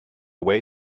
way